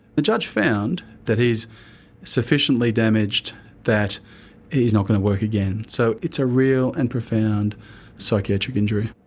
the judge found that he is sufficiently damaged that he is not going to work again. so it's a real and profound psychiatric injury.